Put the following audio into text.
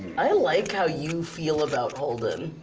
i like how you feel about holden.